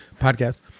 Podcast